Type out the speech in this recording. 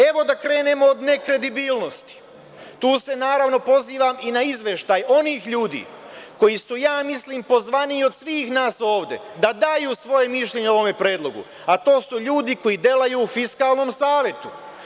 Evo, da krenemo od nekredibilnosti, tu se naravno pozivam i na izveštaj onih ljudi koji su, ja mislim, pozvaniji od svih nas ovde da daju svoje mišljenje o ovome predlogu, a to su ljudi koji delaju u Fiskalnom savetu.